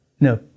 no